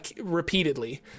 repeatedly